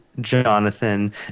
Jonathan